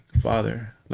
father